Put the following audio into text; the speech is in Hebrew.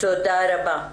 תודה רבה.